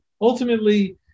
ultimately